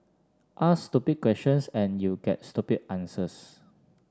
ask stupid questions and you get stupid answers